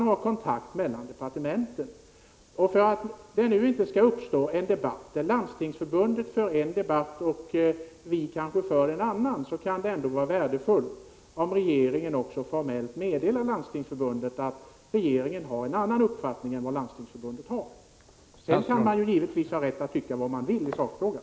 För att det inte skall uppstå en situation där Landstingsförbundet för en debatt och vi en annan kan det vara värdefullt om regeringen också formellt meddelar Landstingsförbundet att regeringen har en annan uppfattning än förbundet. Sedan har man givetvis rätt att tycka vad man vill i sakfrågan.